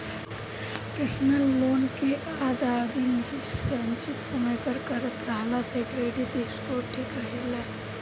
personal loan के अदायगी निसचित समय पर करत रहला से क्रेडिट स्कोर ठिक रहेला